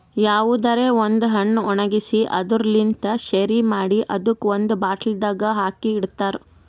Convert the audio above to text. ಯಾವುದರೆ ಒಂದ್ ಹಣ್ಣ ಒಣ್ಗಿಸಿ ಅದುರ್ ಲಿಂತ್ ಶೆರಿ ಮಾಡಿ ಅದುಕ್ ಒಂದ್ ಬಾಟಲ್ದಾಗ್ ಹಾಕಿ ಇಡ್ತಾರ್